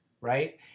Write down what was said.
right